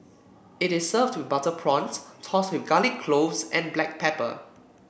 it is served with butter prawns tossed with garlic cloves and black pepper